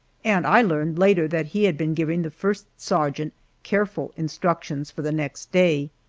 and i learned later that he had been giving the first sergeant careful instructions for the next day.